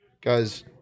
Guys